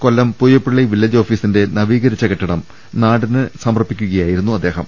കൊല്ലം Pooyappally village ഓഫീസിന്റെ നവീകരിച്ച കെട്ടിടം നാടിന് സമർപ്പിക്കുക യായിരുന്നു അദ്ദേഹം